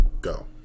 go